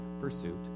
pursuit